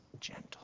gentle